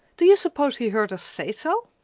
do you suppose he heard us say so?